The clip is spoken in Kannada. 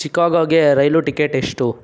ಚಿಕಾಗೋಗೆ ರೈಲು ಟಿಕೆಟ್ ಎಷ್ಟು